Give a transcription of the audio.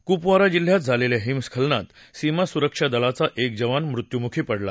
कुपवारा जिल्ह्यात झालेल्या हिमस्खलनात सीमा सुरक्षा दलाचा एक जवान मृत्युमुखी पडला